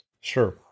Sure